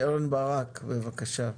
קרן ברק, בבקשה.